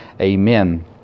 Amen